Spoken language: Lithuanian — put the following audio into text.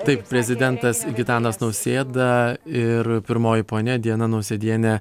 taip prezidentas gitanas nausėda ir pirmoji ponia diana nausėdienė